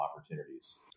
opportunities